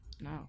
No